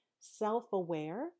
self-aware